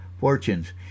fortunes